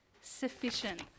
sufficient